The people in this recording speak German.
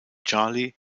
charlie